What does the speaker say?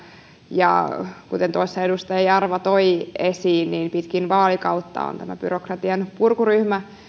ja kuten tuossa edustaja jarva toi esiin pitkin vaalikautta on tämä byrokratianpurkuryhmä